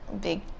big